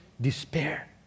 despair